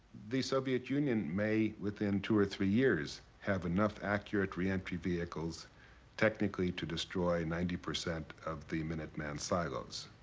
the soviet union may within two or three years have enough accurate re-entry vehicles technically to destroy ninety percent of the minuteman silos.